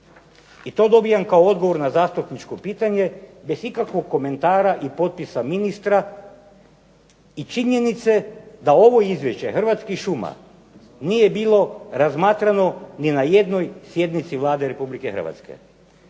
I to dobijam kao odgovor na zastupničko pitanje bez ikakvog komentara i potpisa ministra i činjenice da ovo izvješće Hrvatskih šuma nije bilo razmatrano ni na jednoj sjednici Vlade Republike Hrvatske.